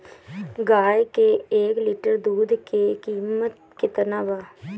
गाय के एक लिटर दूध के कीमत केतना बा?